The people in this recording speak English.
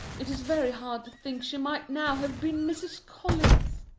it is very hard to think she might now have been mrs. collins!